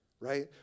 right